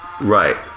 Right